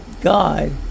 God